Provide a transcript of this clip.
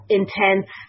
intense